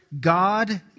God